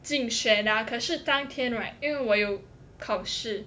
竞选啊可是当天 right 因为我有考试